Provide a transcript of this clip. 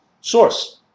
source